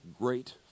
great